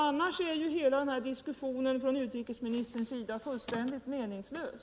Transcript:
Annars är ju hela den här diskussionen från utrikesministerns sida fullständigt meningslös.